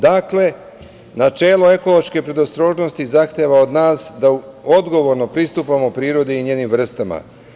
Dakle, načelo ekološke predostrožnosti zahteva od nas da odgovorno pristupamo prirodi i njenim vrstama.